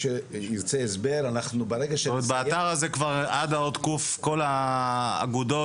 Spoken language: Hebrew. כלומר באתר הזה עד האות ק' כל האגודות